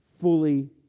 fully